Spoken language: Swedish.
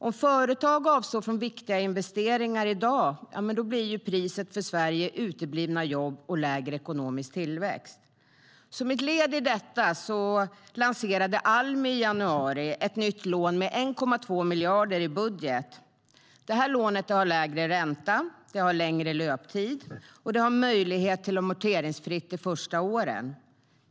Om företag avstår från viktiga investeringar i dag blir priset för Sverige uteblivna jobb och lägre ekonomisk tillväxt. Som ett led i detta lanserade Almi i januari ett nytt lån med 1,2 miljarder i budget. Det lånet har lägre ränta, längre löptid och möjlighet till amorteringsfrihet de första åren.